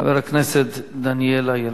חבר הכנסת דניאל אילון.